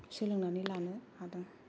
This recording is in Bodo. सोलोंनानै लानो हादों